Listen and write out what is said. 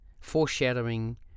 foreshadowing